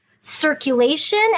circulation